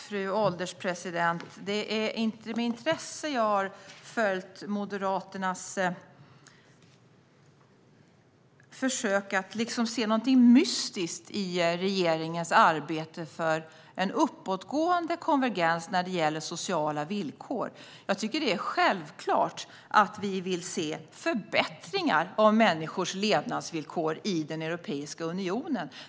Fru ålderspresident! Det är med intresse jag har följt Moderaternas försök att se något mystiskt i regeringens arbete för en uppåtgående konvergens när det gäller sociala villkor. Jag tycker att det är självklart att vi vill se förbättringar av människors levnadsvillkor i Europeiska unionen.